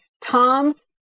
Tom's